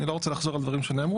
אני לא רוצה לחזור על דברים שנאמרו,